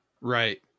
Right